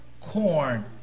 corn